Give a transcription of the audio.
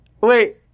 Wait